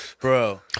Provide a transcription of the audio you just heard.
Bro